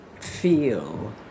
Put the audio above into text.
feel